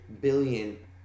billion